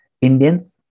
Indians